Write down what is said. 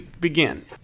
Begin